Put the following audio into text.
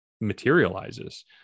materializes